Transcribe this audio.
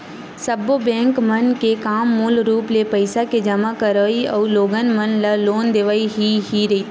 सब्बो बेंक मन के काम मूल रुप ले पइसा के जमा करवई अउ लोगन मन ल लोन देवई ह ही रहिथे